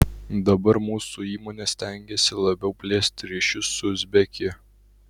dabar mūsų įmonė stengiasi labiau plėsti ryšius su uzbekija